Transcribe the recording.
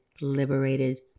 liberated